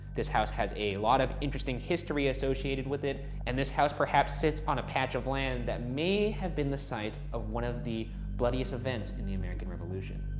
this house has a lot of interesting history associated with it, and this house perhaps sits on a patch of land that may have been the site of one of the bloodiest events in the american revolution.